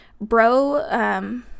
bro